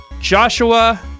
Joshua